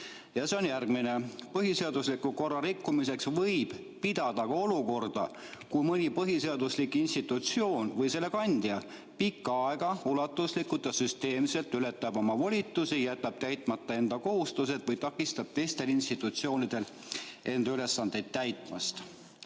kommentaar nr 4: "Põhiseadusliku korra rikkumiseks võib pidada ka olukorda, kui mõni põhiseaduslik institutsioon või selle kandja pikka aega, ulatuslikult ja süsteemselt ületab oma volitusi, jätab täitmata enda kohustused või takistab teistel institutsioonidel enda ülesandeid täitmast."